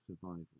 survival